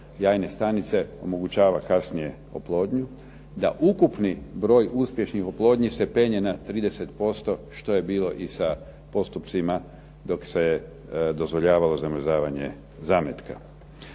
jajne stanice omogućava kasnije oplodnju. DA ukupni broj uspješnih oplodnji se penje na 30% što je bilo i sa postupcima dok se dozvoljavalo zamrzavanje zametaka.